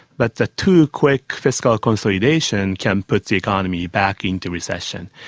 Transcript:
but the too quick fiscal consolidation can put the economy back into recession.